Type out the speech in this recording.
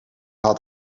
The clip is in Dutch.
had